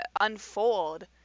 unfold